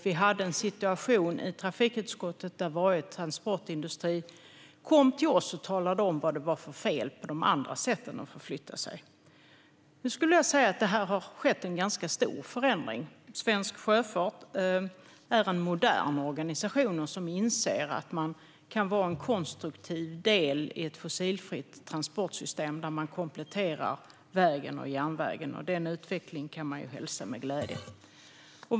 Vi hade en situation i trafikutskottet där varje transportindustri kom till oss och talade om vilka fel som fanns på de andra sätten att förflytta sig. Här har en ganska stor förändring skett. Svensk Sjöfart är en modern organisation som inser att man kan vara en konstruktiv del i ett fossilfritt transportsystem där man kompletterar vägen och järnvägen. Denna utveckling kan man hälsa med glädje.